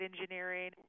engineering